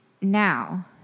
now